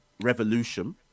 Revolution